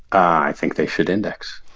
i think they should index.